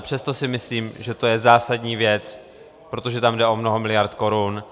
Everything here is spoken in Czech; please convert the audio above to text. Přesto si myslím, že to je zásadní věc, protože tam jde o mnoho miliard korun.